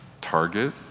Target